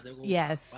Yes